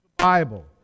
Bible